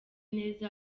neza